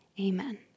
Amen